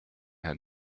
had